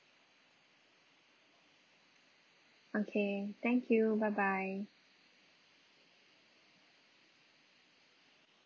okay thank you bye bye